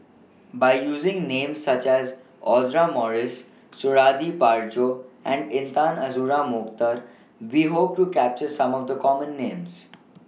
By using Names such as Audra Morrice Suradi Parjo and Intan Azura Mokhtar We Hope to capture Some of The Common Names